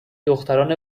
دختران